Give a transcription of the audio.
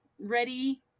ready